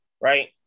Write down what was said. right